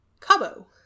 Cabo